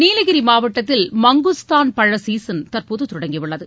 நீலகிரி மாவட்டத்தில் மங்குஸ்தான் பழ சீசன் தற்போது தொடங்கியுள்ளது